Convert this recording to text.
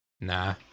Nah